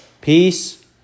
peace